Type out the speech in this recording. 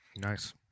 Nice